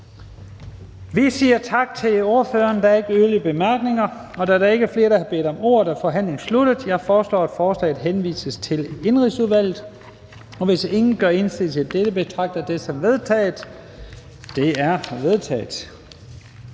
Adsbøl): Tak til ordføreren. Der er ikke nogen korte bemærkninger. Da der ikke er flere, der har bedt om ordet, er forhandlingen sluttet. Jeg foreslår, at forslaget henvises til Erhvervsudvalget. Hvis ingen gør indsigelse, betragter jeg dette som vedtaget. Det er vedtaget.